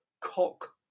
cock